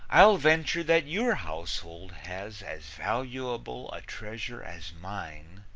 i'll venture that your household has as valuable a treasure as mine,